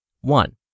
One